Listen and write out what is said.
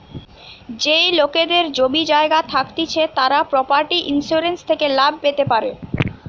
যেই লোকেদের জমি জায়গা থাকতিছে তারা প্রপার্টি ইন্সুরেন্স থেকে লাভ পেতে পারে